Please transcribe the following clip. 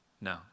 No